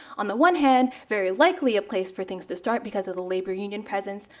on the one hand, very likely a place for things to start because of the labor union presence.